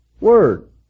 word